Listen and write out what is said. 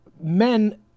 men